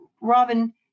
Robin